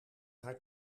haar